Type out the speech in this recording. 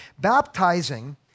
Baptizing